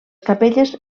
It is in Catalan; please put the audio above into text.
capelles